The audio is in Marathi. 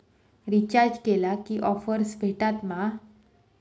रिचार्ज केला की ऑफर्स भेटात मा?